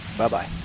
Bye-bye